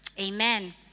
Amen